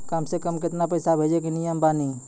कम से कम केतना पैसा भेजै के नियम बानी?